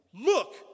look